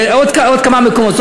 עוד כמה מקומות.